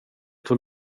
tog